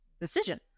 decision